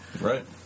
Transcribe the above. Right